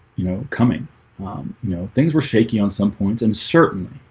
you know coming you know things were shaky on some points and certainly